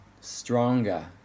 stronger